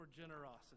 generosity